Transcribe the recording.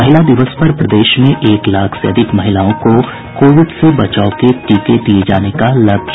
महिला दिवस पर प्रदेश में एक लाख से अधिक महिलाओं को कोविड से बचाव के टीके दिये जाने का लक्ष्य